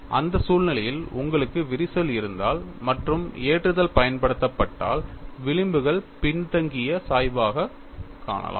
அந்த சூழ்நிலையில் உங்களுக்கு விரிசல் இருந்தால் மற்றும் ஏற்றுதல் பயன்படுத்தப்பட்டால் விளிம்புகள் பின்தங்கிய சாய்வைக் காணலாம்